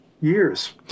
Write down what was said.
years